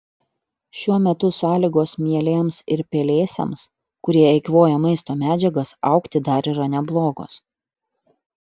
šiuo metu sąlygos mielėms ir pelėsiams kurie eikvoja maisto medžiagas augti dar yra neblogos